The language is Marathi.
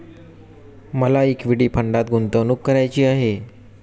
मला इक्विटी फंडात गुंतवणूक करायची आहे